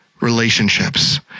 relationships